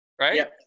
Right